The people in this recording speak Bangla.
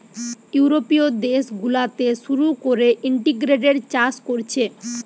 ইউরোপীয় দেশ গুলাতে শুরু কোরে ইন্টিগ্রেটেড চাষ কোরছে